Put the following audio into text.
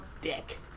dick